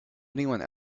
anyone